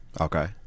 okay